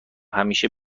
همیشه